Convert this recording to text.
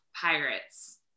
Pirates